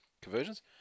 conversions